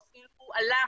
הוא אפילו עלה